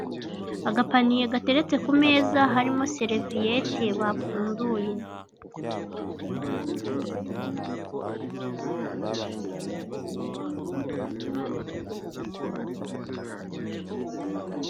Agapaniye gateretse ku meza, harimo sereviyete bapfunduye.